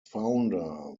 founder